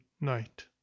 night